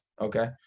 Okay